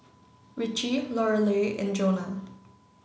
Ritchie Lorelei and Joana